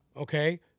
Okay